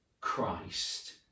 Christ